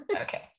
Okay